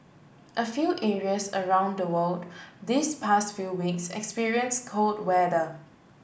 a few areas around the world this past few weeks experience cold weather